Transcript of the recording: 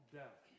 death